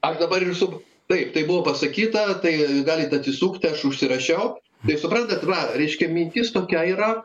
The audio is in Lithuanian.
aš dabar jūsų taip tai buvo pasakyta tai galit atsisukti aš užsirašiau tai suprantat va reiškia mintis tokia yra